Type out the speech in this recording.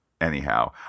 anyhow